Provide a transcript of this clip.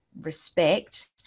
respect